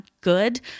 good